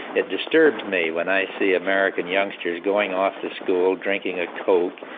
it disturbs me when i see american youngsters going off to school drinking a coke,